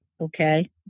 okay